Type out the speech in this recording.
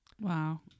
Wow